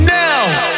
now